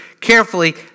carefully